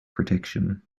protection